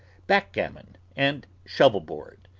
backgammon, and shovelboard.